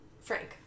Frank